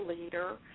leader